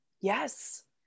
yes